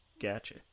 Gotcha